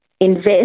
invest